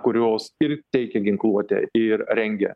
kurios ir teikia ginkluotę ir rengia